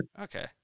Okay